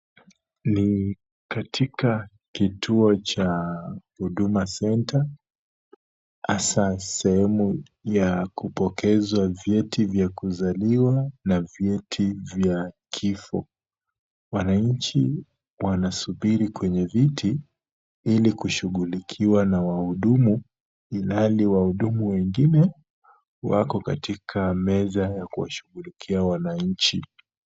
Ni katika kituo cha Huduma centre hasa sehemu ya kupokezwa vyeti vya kuzaliwa na vyeti vya kifo. Wananchi wanasubiri kwenye viti ili kushugulikiwa na wahudumu ilhali wahudumu wengine wako katika meza ya kuwashugulikia wananchi.